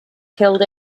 killed